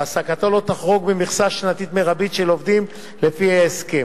והעסקתו לא תחרוג ממכסה שנתית מרבית של עובדים לפי ההסכם.